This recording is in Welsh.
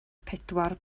pedwar